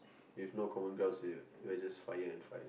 with no common ground you are just fire and fire